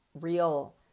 real